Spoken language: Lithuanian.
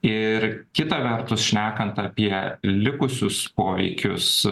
ir kita vertus šnekant apie likusius poveikius